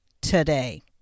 today